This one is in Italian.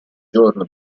giorno